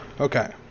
okay